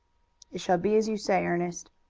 shall be as you say, ernest.